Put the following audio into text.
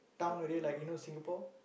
town already like you know Singapore